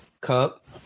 cup